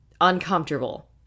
uncomfortable